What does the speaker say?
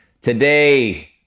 Today